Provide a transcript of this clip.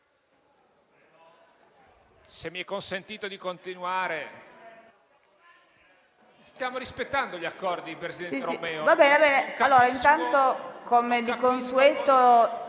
Se mi è consentito di continuare... *(Commenti)*. Stiamo rispettando gli accordi, presidente Romeo.